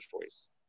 choice